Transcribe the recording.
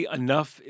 enough